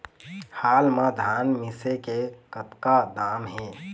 हाल मा धान मिसे के कतका दाम हे?